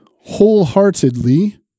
wholeheartedly